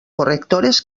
correctores